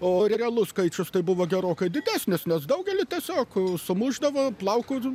o realus skaičius buvo gerokai didesnis nes daugelį tiesiog sumušdavo plaukus